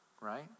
right